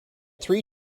three